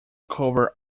cover